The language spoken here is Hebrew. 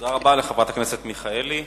תודה רבה לחברת הכנסת מיכאלי.